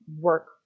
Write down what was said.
work